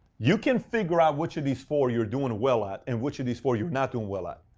you can figure out which of these four you're doing well at, and which of these four you're not doing well at.